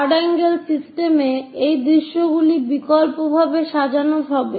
third angle system এ এই দৃশ্যগুলি বিকল্পভাবে সাজানো হবে